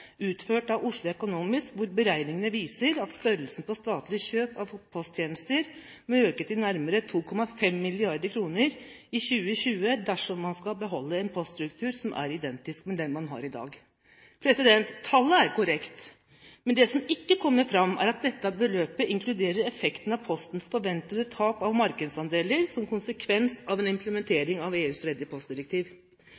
utført av Oslo Economics, hvor beregninger viser at størrelsen på statlige kjøp av posttjenester må øke til nærmere 2,5 mrd. kr i 2020 dersom man skal beholde en poststruktur som er identisk med den man har i dag. Tallet er korrekt, men det som ikke kommer fram, er at dette beløpet inkluderer effekten av Postens forventede tap av markedsandeler som en konsekvens av en